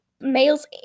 males